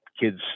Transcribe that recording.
kids